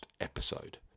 episode